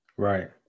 Right